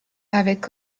avec